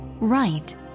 right